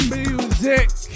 music